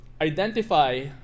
identify